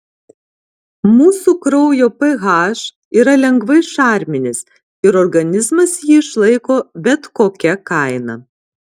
mūsų kraujo ph yra lengvai šarminis ir organizmas jį išlaiko bet kokia kaina